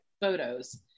photos